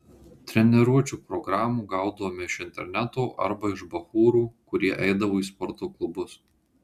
treniruočių programų gaudavome iš interneto arba iš bachūrų kurie eidavo į sporto klubus